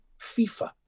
FIFA